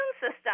system